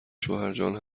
شوهرجان